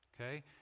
Okay